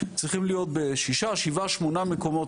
צריכים להיות בשישה-שבעה-שמונה מקומות,